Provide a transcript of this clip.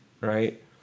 right